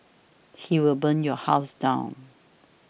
he will burn your house down